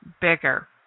bigger